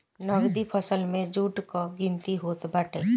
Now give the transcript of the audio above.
नगदी फसल में जुट कअ गिनती होत बाटे